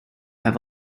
have